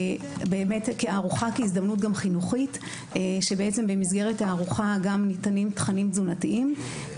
ארוחה גם כהזדמנות חינוכית שבמסגרתה גם ניתנים תכנים תזונתיים.